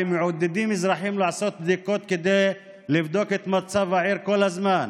הרי מעודדים אזרחים לעשות בדיקות כדי לבדוק את מצב העיר כל הזמן,